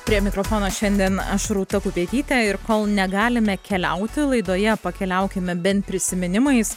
prie mikrofono šiandien aš rūta kupetytė ir kol negalime keliauti laidoje pakeliaukime bent prisiminimais